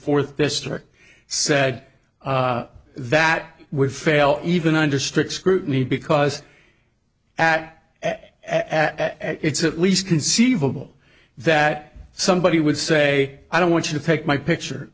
fourth district said that would fail even under strict scrutiny because at at it's at least conceivable that somebody would say i don't want you to take my picture